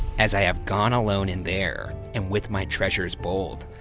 as i have gone alone in there and with my treasures bold,